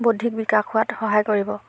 বৌদ্ধিক বিকাশ হোৱাত সহায় কৰিব